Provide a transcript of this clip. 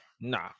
nah